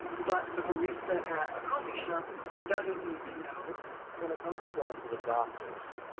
but the barista at a coffee shop doesn't need to know when it comes to going to the doctor, so